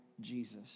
Jesus